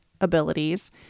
abilities